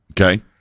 Okay